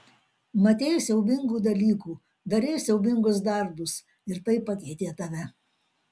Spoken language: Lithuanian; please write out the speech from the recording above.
matei siaubingų dalykų darei siaubingus darbus ir tai pakeitė tave